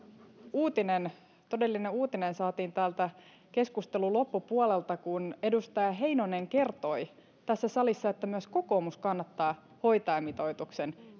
uutinen todellinen uutinen saatiin täältä keskustelun loppupuolelta kun edustaja heinonen kertoi tässä salissa että myös kokoomus kannattaa hoitajamitoituksen